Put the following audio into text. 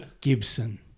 Gibson